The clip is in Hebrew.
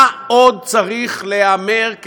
מה עוד צריך להיאמר,